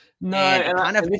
No